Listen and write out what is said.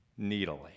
needily